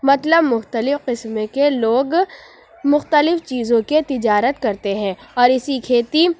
مطلب مختلف قسم کے لوگ مختلف چیزوں کے تجارت کرتے ہیں اور اِسی کھیتی